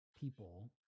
people